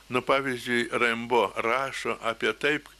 nu pavyzdžiui rembo rašo apie taip